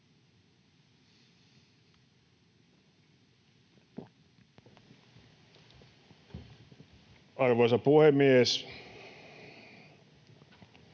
arvoisa puhemies,